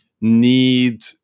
need